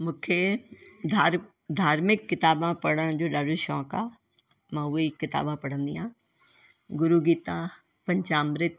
मूंखे धार धार्मिक किताबा पढ़ण जो ॾाढो शौक़ु आहे मां उहे ई किताबा पढ़ंदी आहियां गुरू गीता पंचामृत